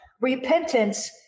Repentance